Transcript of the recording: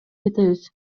кетебиз